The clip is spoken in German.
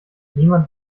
niemand